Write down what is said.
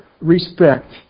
respect